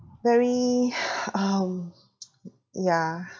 very um yeah